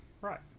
Right